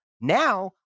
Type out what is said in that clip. now